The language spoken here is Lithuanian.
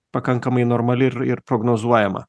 pakankamai normali ir ir prognozuojama